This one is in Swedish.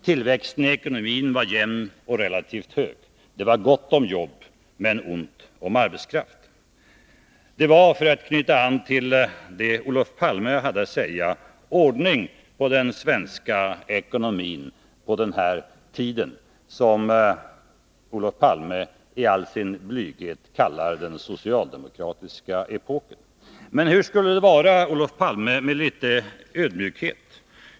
Tillväxten i ekonomin var jämn och relativt hög. Det var gott om jobb, men ont om arbetskraft. Det var, för att anknyta till det Olof Palme hade att säga, ordning på den svenska ekonomin på denhär tiden, som Olof Palme i all sin blygsamhet kallar den socialdemokratiska epoken. Hur skulle det vara, Olof Palme, med litet ödmjukhet?